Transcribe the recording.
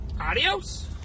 Adios